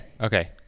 okay